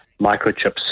microchips